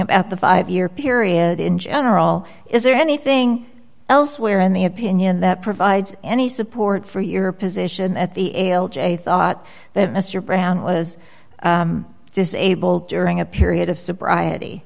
about the five year period in general is there anything else where in the opinion that provides any support for your position at the l g i thought that mr brown was disabled during a period of sobriety